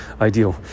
ideal